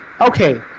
okay